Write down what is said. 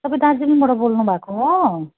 तपाईँ दार्जिलिङबाट बोल्नुभएको हो